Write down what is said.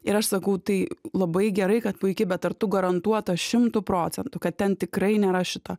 ir aš sakau tai labai gerai kad puiki bet ar tu garantuota šimtu procentų kad ten tikrai nėra šito